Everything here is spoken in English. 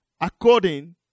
according